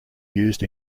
used